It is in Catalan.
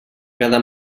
cada